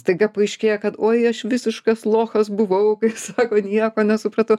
staiga paaiškėja kad oi aš visiškas lochas buvau kaip sako nieko nesupratau